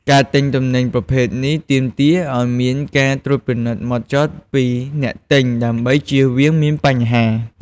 ការទិញទំនិញប្រភេទនេះ ទាមទារអោយមានការត្រួតពិនិត្យហ្មត់ចត់ពីអ្នកទិញដើម្បីជៀសវាងមានបញ្ហា។